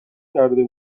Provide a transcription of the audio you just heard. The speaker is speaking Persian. کرده